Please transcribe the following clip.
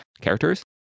characters